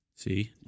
See